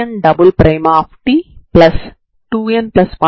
ఇది double integral